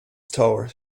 tower